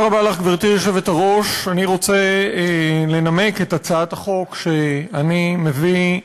לך, אני רוצה לנמק את הצעת החוק שאני מביא,